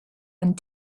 and